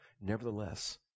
Nevertheless